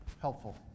helpful